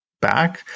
back